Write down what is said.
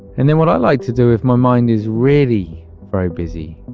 and then what i like to do, if my mind is really very busy,